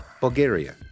Bulgaria